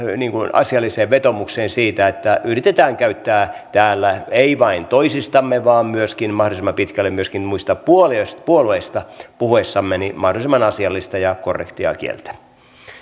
asialliseen vetoomukseen siitä että yritetään käyttää täällä ei vain toisistamme vaan myöskin mahdollisimman pitkälle muista puolueista puhuessamme mahdollisimman asiallista ja korrektia kieltä